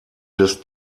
des